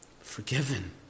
Forgiven